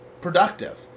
productive